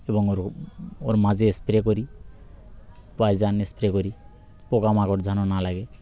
এবং ওর ওর মাঝে স্প্রে করি পয়জন স্প্রে করি পোকামাকড় যেন না লাগে